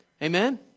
Amen